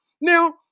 Now